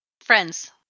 Friends